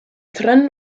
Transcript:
trennen